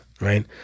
Right